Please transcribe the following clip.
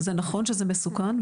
זה נכון שזה מסוכן,